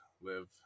live